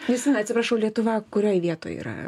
justina atsiprašau lietuva kurioj vietoj yra